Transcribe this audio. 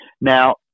Now